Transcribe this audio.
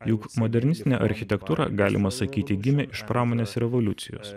juk modernistinė architektūra galima sakyti gimė iš pramonės revoliucijos